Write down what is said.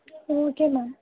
ம் okay ma'am